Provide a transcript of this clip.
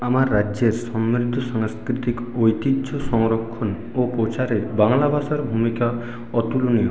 আমার রাজ্যের সমৃদ্ধ সাংস্কৃতিক ঐতিহ্য সংরক্ষণ ও প্রচারে বাংলা ভাষার ভূমিকা অতুলনীয়